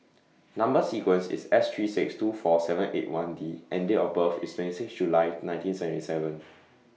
Number sequence IS S three six two four seven eight one D and Date of birth IS twenty six July nineteen seventy seven